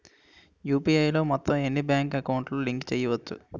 UPI లో మొత్తం ఎన్ని బ్యాంక్ అకౌంట్ లు లింక్ చేయచ్చు?